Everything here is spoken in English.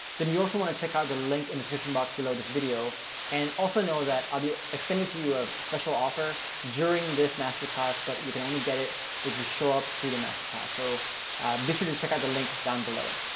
then you also want to check out the link in the description box below this video and also know that i'll be extending to you a special offer during this master class, but you can only get it if you show up to the masterclass, so be sure to check out the link down below.